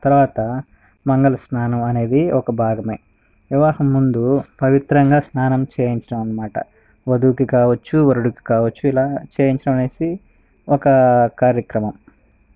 తర్వాత మంగళ స్నానం అనేది ఒక భాగమే వివాహం ముందు పవిత్రంగా స్నానం చేయించడం అన్నమాట వధువుకి కావచ్చు వరుడుకి కావచ్చు ఇలా చేయించడం అనేది ఒక కార్యక్రమం